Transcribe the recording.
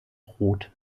rot